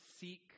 seek